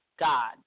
God